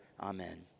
Amen